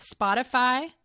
Spotify